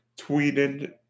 tweeted